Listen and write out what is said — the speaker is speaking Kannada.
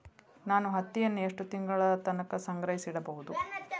ನಾನು ಹತ್ತಿಯನ್ನ ಎಷ್ಟು ತಿಂಗಳತನ ಸಂಗ್ರಹಿಸಿಡಬಹುದು?